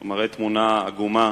הוא מראה תמונה עגומה.